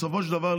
בסופו של דבר,